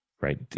right